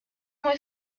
muy